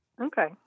Okay